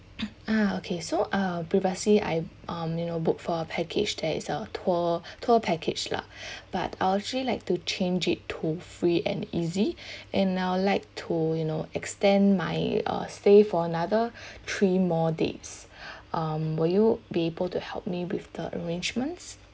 ah okay so uh previously I um you know book for a package that is a tour tour package lah but I'll actually like to change it to free and easy and I would like to you know extend my uh stay for another three more days um will you be able to help me with the arrangements